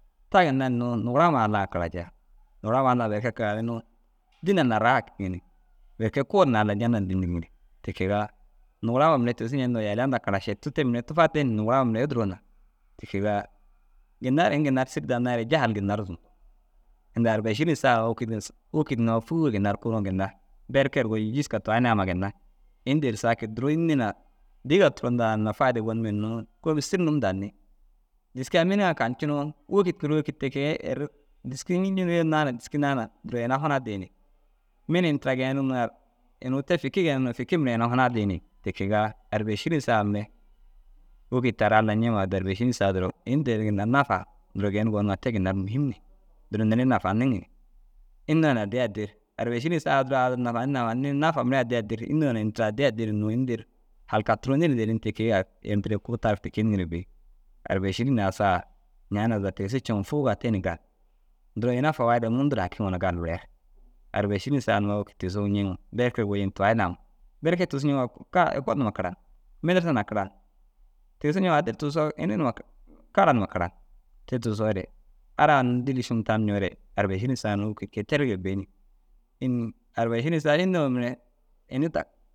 Ta ginna hinnoo nugurama Alla ŋa karajaa. Lugurama Alla ŋa berke karayinoo dînan na rahaa hakiŋi ni berke kuun na Allai janna dînigi ni. Ti kegaa nugurama mire tigisu ñendigoo yaliya ndaa kara šetu te mire tufade ni nugurama mire duro na. Ti kegaa ginna ru ini ginna ru sîri dannaa re jahal ginna ru zundu. Inda arba ašîrin sa wôkid wôkid numa fûuge ginna ru kuruuŋe ginna berke ru goyi jiska tuwai naama ginna ini dêri saakid duro înni na dêega turon daa na fayida gonume hinnoo kôomil sîri num danni. Dîski ai miniŋa kancinoo wôkid kuruu wôkid ti kee errig dîski nîjuu yim naana dîski naana duro ina huna dii ni. Mini ini tira geenigi numa ru inuu te fiki geenirig fiki mire ina huna dii ni. Ti kegaa arba êširin sa mire wôkid te ru Allai ñeŋoo arba êširin sa duro ini dêri ginna nafaa duro geenim gonuŋa te ginna ru muhim ni duro neere nafa niŋi ni. Înni yoo na addii addii ru arba êširin sa duro ai ai duro fanan ndinii nafan ndinii nafa mire addii addii ru înni yoo na ini tira addii addii ru hinnoo ini dêri halka turonii dêri ini tira ke- i ai ru ini tira kuu tarig ti kee niŋire bêyi. Arba êširin ai sa ñaana zaga ceŋoo fuugaa te ni gal. Duro ina fawaa i daa mundu ru hakiŋo gali mire. Arba êširin sa wôki numa tigisu ñeŋoo berke ru goji ni tuwai nawu ŋa. Berke tigisu ñeŋiroo ka ekol numa karan, mêderesa na karan. Tigisu ñeŋiroo adir tigisoo ini numa kara numa karan. Te tigisoore ara unnu dîlli šumum tam ñoore arba êšin sa na wôkid ke- i terige bei ni. Înni? Arba êširin sa înni yoo na mire ini dag